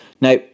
Now